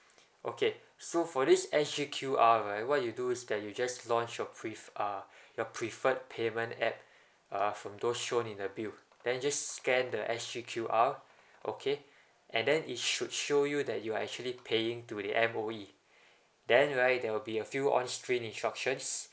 okay so for this S_G_Q_R right what you do is that you just launch your pref~ uh your preferred payment app uh from those shown in the bill then just scan the S_G_Q_R okay and then it should show you that you are actually paying to the M_O_E then right there will be a few on screen instructions